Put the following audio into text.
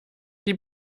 die